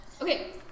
Okay